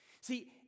See